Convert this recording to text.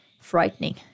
frightening